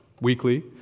weekly